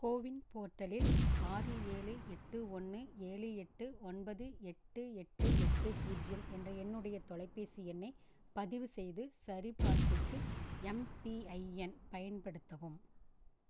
CoWIN போர்ட்டலில் ஆறு ஏழு எட்டு ஒன்று ஏழு எட்டு ஒன்பது எட்டு எட்டு எட்டு பூஜ்ஜியம் என்ற என்னுடைய தொலைபேசி எண்ணைப் பதிவு செய்து சரிபார்ப்புக்கு எம்பிஐஎன் பயன்படுத்தவும்